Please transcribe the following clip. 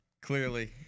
Clearly